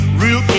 real